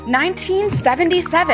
1977